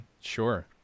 Sure